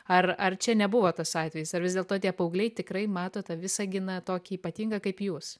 ar ar čia nebuvo tas atvejis ar vis dėlto tie paaugliai tikrai mato tą visaginą tokį ypatingą kaip jūs